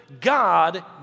God